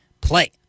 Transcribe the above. play